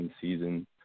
season